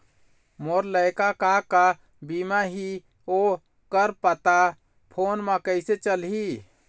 मोर लायक का का बीमा ही ओ कर पता फ़ोन म कइसे चलही?